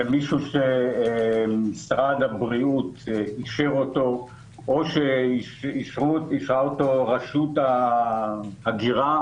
זה מישהו שמשרד הבריאות אישר או שאישרה אותו רשות ההגירה.